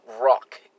rock